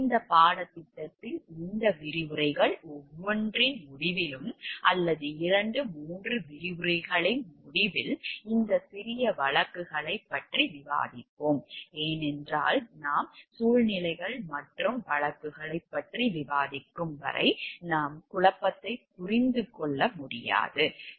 இந்த பாடத்திட்டத்தில் இந்த விரிவுரைகள் ஒவ்வொன்றின் முடிவிலும் அல்லது 2 3 விரிவுரைகளின் முடிவில் இந்த சிறிய வழக்குகளைப் பற்றி விவாதிப்போம் ஏனென்றால் நாம் சூழ்நிலைகள் மற்றும் வழக்குகளைப் பற்றி விவாதிக்கும் வரை நாம் குழப்பத்தை புரிந்து கொள்ள முடியாது